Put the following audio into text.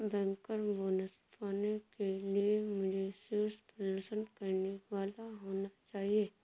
banker bonus पाने के लिए मुझे शीर्ष प्रदर्शन करने वाला होना चाहिए